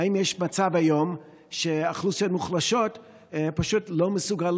האם יש מצב היום שבאוכלוסיות מוחלשות הם פשוט לא מסוגלים